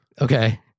Okay